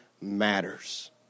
matters